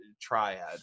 triad